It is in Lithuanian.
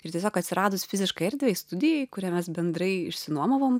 ir tiesiog atsiradus fiziškai erdvei studijai kurią mes bendrai išsinuomavom